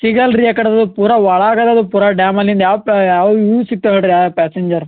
ಸಿಗೋಲ್ಲ ರೀ ಯಾಕಡೆದು ಪೂರ ಒಳಗದದು ಪೂರ ಡ್ಯಾಮಲಿಂದ ಯಾವ ಪ ಯಾವ ಇವು ಸಿಗ್ತವೆ ಹೇಳ್ರ್ಯಾ ಪ್ಯಾಸೆಂಜರ್